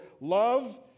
Love